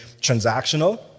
transactional